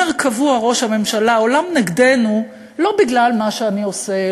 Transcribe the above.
אומר קבוע ראש הממשלה: העולם נגדנו לא בגלל מה שאני עושה,